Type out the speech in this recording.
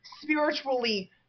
spiritually